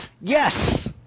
Yes